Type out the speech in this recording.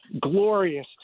glorious